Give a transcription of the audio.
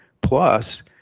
plus